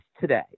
today